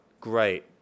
great